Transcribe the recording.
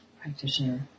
practitioner